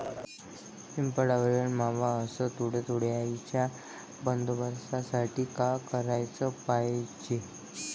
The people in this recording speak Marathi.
पिकावरील मावा अस तुडतुड्याइच्या बंदोबस्तासाठी का कराच पायजे?